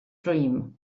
dream